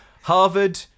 Harvard